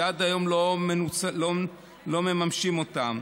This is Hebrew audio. שעד היום לא מממשים אותם.